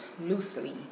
loosely